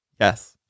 yes